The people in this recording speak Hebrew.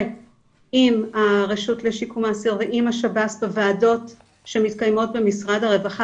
עם הרשות לשיקום האסיר ועם השב"ס בוועדות שמתקיימות במשרד הרווחה,